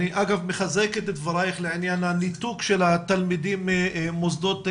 אני מחזק את דברייך לעניין ניתוק התלמידים ממוסדות החינוך.